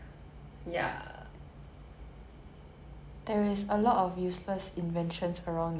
useless inventions name me one useless invention